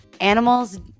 Animals